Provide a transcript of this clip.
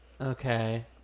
Okay